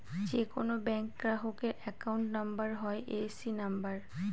যে কোনো ব্যাঙ্ক গ্রাহকের অ্যাকাউন্ট নাম্বার হয় এ.সি নাম্বার